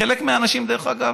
חלק מהאנשים, דרך אגב,